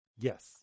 Yes